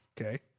Okay